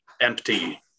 empty